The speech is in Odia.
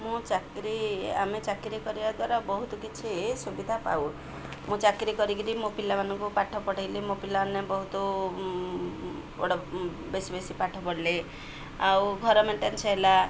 ମୁଁ ଚାକିରି ଆମେ ଚାକିରି କରିବା ଦ୍ୱାରା ବହୁତ କିଛି ସୁବିଧା ପାଉ ମୁଁ ଚାକିରି କରିକିରି ମୋ ପିଲାମାନଙ୍କୁ ପାଠ ପଢ଼ାଇଲି ମୋ ପିଲାମାନେ ବହୁତ ବଡ଼ ବେଶୀ ବେଶୀ ବେଶୀ ପାଠ ପଢ଼ିଲେ ଆଉ ଘର ମେଣ୍ଟେନାନ୍ସ ହେଲା